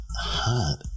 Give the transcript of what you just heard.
hot